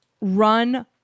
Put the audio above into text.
run